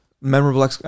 memorable